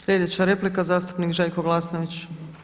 Sljedeća replika zastupnik Željko Glasnović.